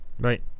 Right